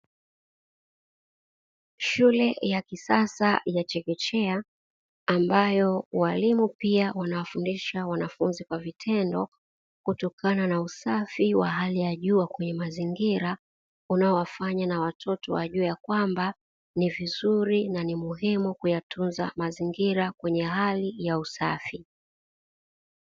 Shule ya kisasa ya chekechea ambayo walimu pia wanawafundisha wanafunzi kwa vitendo, kutokana na usafi wa hali ya juu wa kwenye mazingira, unaowafanya na watoto wajue ya kwamba ni vizuri na ni muhimu kuyatunza mazingira kwenye hali ya usafi.